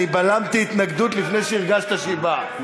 אני בלמתי התנגדות לפני שהרגשת שהיא באה.